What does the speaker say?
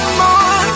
more